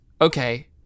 okay